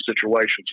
situations